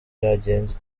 byagenze